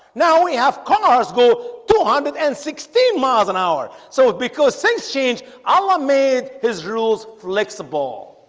now. we have conners go two hundred and sixteen miles an hour. so because things change allah made his rules flexible